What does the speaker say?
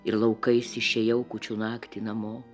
ir laukais išėjau kūčių naktį namo